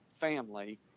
family